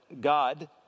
God